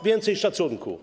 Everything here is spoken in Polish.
Więcej szacunku.